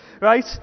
Right